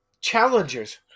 challengers